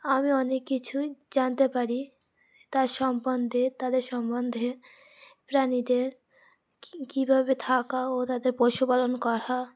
আমি অনেক কিছুই জানতে পারি তার সম্বন্ধে তাদের সম্বন্ধে প্রাণীদের কী কীভাবে থাকা ও তাদের পশুপালন করা